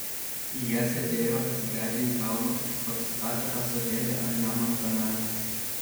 jie sėdėjo atsigręžę į kalnus pasistatę ąsotėlį ant žemo stalelio